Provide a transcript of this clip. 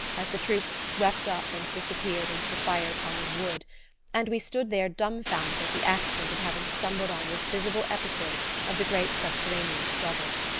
as the troops swept up and disappeared into the fire-tongued wood and we stood there dumbfounded at the accident of having stumbled on this visible episode of the great subterranean struggle.